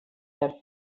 air